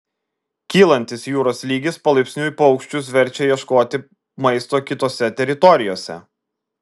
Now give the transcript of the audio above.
kylantis jūros lygis palaipsniui paukščius verčia ieškoti maisto kitose teritorijose